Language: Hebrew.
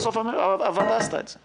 לסיכום, אני שב וקורא לכל חברי הכנסת,